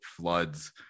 floods